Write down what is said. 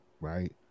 right